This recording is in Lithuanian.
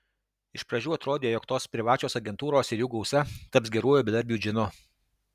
iš pradžių atrodė jog tos privačios agentūros ir jų gausa taps geruoju bedarbių džinu